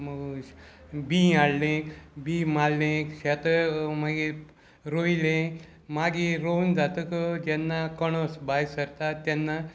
बीं हाडलें बीं मारलें शेत मागीर रोयलें मागीर रोवन जातक जेन्ना कोणोस भायर सरता तेन्ना